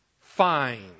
fine